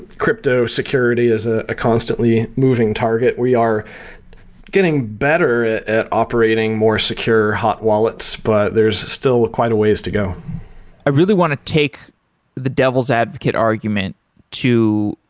crypto security is ah a constantly moving target. we are getting better at operating more secure hot wallets, but there's still quite a ways to go i really want to take the devil's advocate argument too,